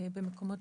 במקומות